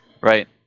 right